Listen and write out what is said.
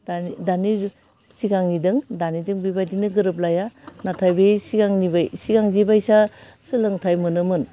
दानि सिगांनिजों दानिजों बेबायदिनो गोरोबलाइया नाथाय बे सिगांनि बाय सिगां जे बायसा सोलोंथाइ मोनोमोन